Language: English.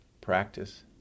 practice